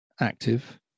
active